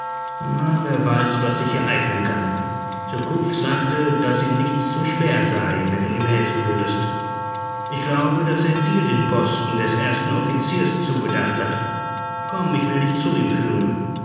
wer weiß was sich ereignen kann surcouf sagte daß ihm nichts zu schwer sei wenn du ihm helfen würdest ich glaube daß er dir den posten des ersten offiziers zugedacht hat komm ich will dich zu ihm führen